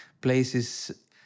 places